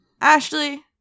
ashley